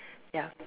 ya